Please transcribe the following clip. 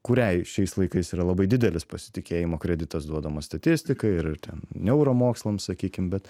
kuriai šiais laikais yra labai didelis pasitikėjimo kreditas duodamas statistika ir ten neuromokslams sakykim bet